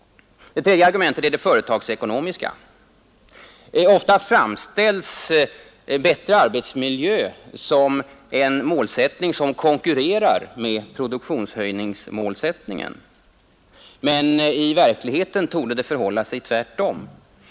Det tredje argumentet är det företagsekonomiska. Ofta framställs bättre arbetsmiljö som en målsättning som konkurrerar med produktionshöjning, men i verkligheten torde det förhålla sig tvärtom.